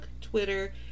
Twitter